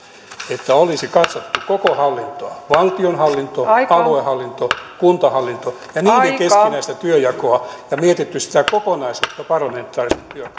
että olisi katsottu koko hallintoa valtionhallintoa aluehallintoa kuntahallintoa ja sen keskinäistä työnjakoa ja mietitty sitä kokonaisuutta parlamentaarisen työn